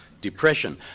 depression